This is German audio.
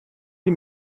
die